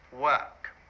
work